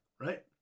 right